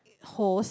host